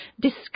discuss